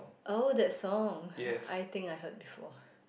oh that song I think I heard before